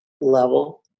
level